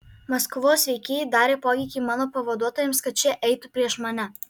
maskvos veikėjai darė poveikį mano pavaduotojams kad šie eitų prieš mane